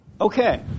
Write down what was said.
Okay